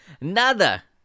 nada